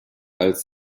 als